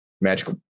magical